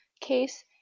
case